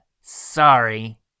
Sorry